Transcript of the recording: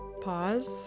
Pause